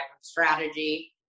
strategy